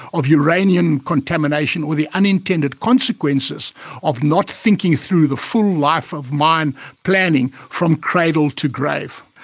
of uranium contamination or the unintended consequences of not thinking through the full life of mine planning from cradle to grave.